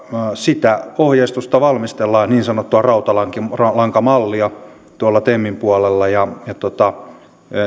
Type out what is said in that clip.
sitä ohjeistusta valmistellaan niin sanottua rautalankamallia rautalankamallia tuolla temin puolella ja